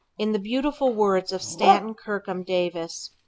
in the beautiful words of stanton kirkham davis,